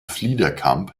fliederkamp